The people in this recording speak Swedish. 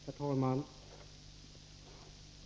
Herr talman!